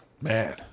Man